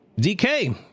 DK